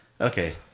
okay